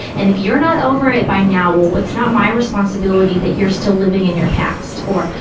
and if you're not over it by now, well, it's not my responsibility that you're still living in your past or,